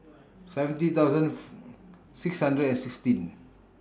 seventy thousand six hundred and sixteen